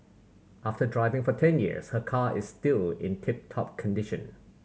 after driving for ten years her car is still in tip top condition